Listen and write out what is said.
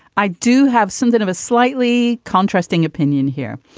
i do have something of a slightly contrasting opinion here,